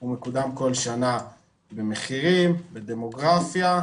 הוא מקודם כל שנה במחירים, בדמוגרפיה,